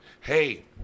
Hey